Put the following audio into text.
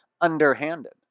underhanded